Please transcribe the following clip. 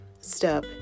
step